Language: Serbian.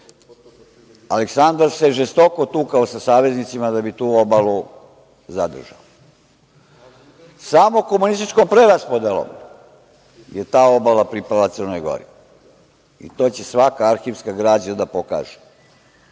pripada. Aleksandar se žestoko tukao sa saveznicima da bi tu obalu zadržao. Samo komunističkom preraspodelom je ta obala pripala Crnoj Gori i to će svaka arhivska građa da pokaže. Kada